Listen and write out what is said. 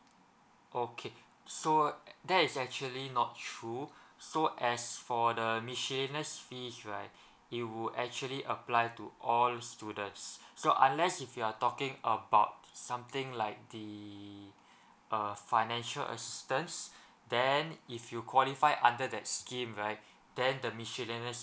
okay so that is actually not true so as for the miscellaneous fees right it would actually apply to all students so unless if you are talking about something like the uh financial assistance then if you qualify under that scheme right then the miscellaneous